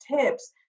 tips